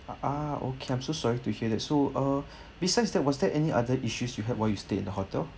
ah okay I'm sorry to hear that so uh besides that was there any other issues you had when you stay in the hotel